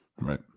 Right